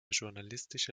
journalistische